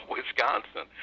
Wisconsin